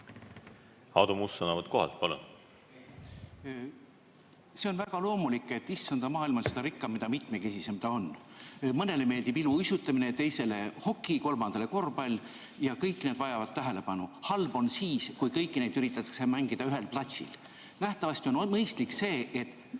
Aadu Must, sõnavõtt kohalt, palun! See on väga loomulik, et Issanda maailm on seda rikkam, mida mitmekesisem ta on. Mõnele meeldib iluuisutamine, teisele hoki, kolmandale korvpall, ja kõik need vajavad tähelepanu. Halb on siis, kui kõiki neid üritatakse mängida ühel platsil. Nähtavasti on mõistlik, et